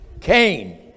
Cain